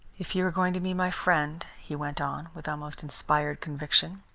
if you are going to be my friend, he went on, with almost inspired conviction,